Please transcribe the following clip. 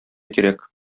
кирәк